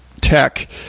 tech